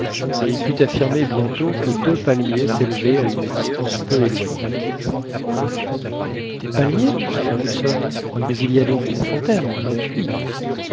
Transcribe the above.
et il put affirmer bientôt que deux palmiers s'élevaient à une distance peu éloignée des palmiers dit fergusson mais il y a donc une fontaine un puits